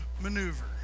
maneuver